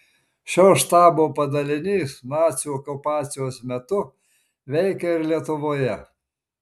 šio štabo padalinys nacių okupacijos metu veikė ir lietuvoje